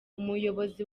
umuyobozi